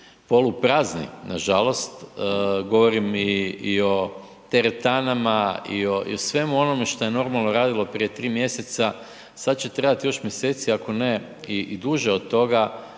poluprazni nažalost. Govorim i, i o teretanama i o, i o svemu onome što je normalno radilo prije 3 mjeseca sad će trebat još mjeseci ako ne i, i duže od toga